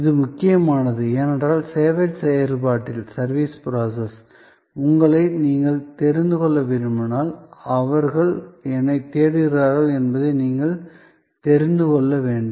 இது முக்கியமானது ஏனென்றால் சேவை செயல்பாட்டில் உள்ளவர்களை நீங்கள் தெரிந்து கொள்ள விரும்பினால் அவர்கள் என்ன தேடுகிறார்கள் என்பதை நீங்கள் தெரிந்து கொள்ள வேண்டும்